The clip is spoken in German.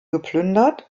geplündert